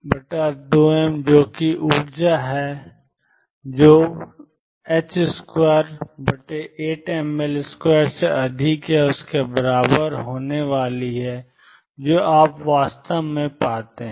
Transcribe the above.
p22m जो कि ऊर्जा है जो 28mL2 से अधिक या उसके बराबर होने वाली है जो आप वास्तव में पाते हैं